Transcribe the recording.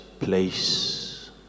place